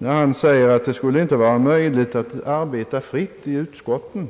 Han säger att det inte skulle vara möjligt att arbeta fritt i utskotten.